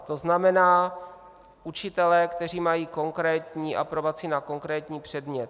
To znamená učitelé, kteří mají konkrétní aprobaci na konkrétní předmět.